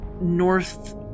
north